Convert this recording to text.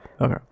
Okay